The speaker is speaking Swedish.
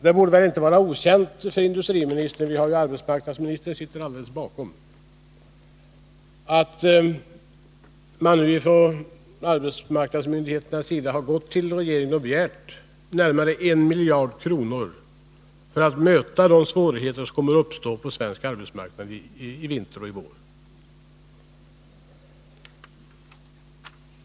Det borde inte vara okänt för industriministern att arbetsmarknadsmyndigheterna hos regeringen har begärt närmare 1 miljard kronor för att möta de svårigheter som kommer att uppstå på svensk arbetsmarknad i vinter och i vår.